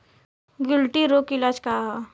गिल्टी रोग के इलाज का ह?